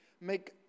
make